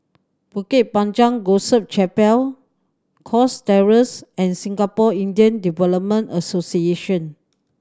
Bukit Panjang Gospel Chapel Cox Terrace and Singapore Indian Development Association